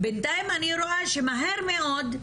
בינתיים אני רואה שמהר מאוד,